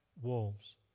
wolves